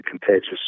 contagious